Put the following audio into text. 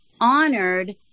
honored